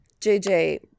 JJ